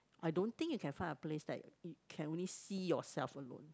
I don't think you can find a place that it can only see yourself alone